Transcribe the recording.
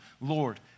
Lord